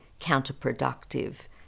counterproductive